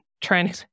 trying